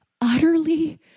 utterly